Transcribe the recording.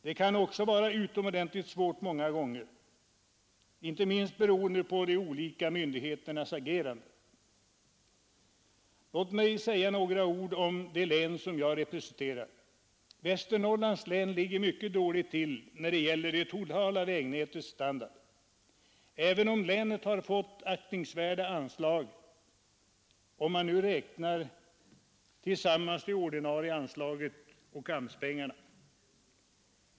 Detta kan också vara utomordentligt svårt många gånger, inte minst beroende på de olika länsmyndigheternas agerande. Låt mig säga några ord om det län som jag representerar. Västernorrlands län ligger mycket dåligt till när det gäller det totala vägnätets standard, även om länet har fått aktningsvärda anslag om man räknar samman det ordinarie anslaget och AMS-pengarna.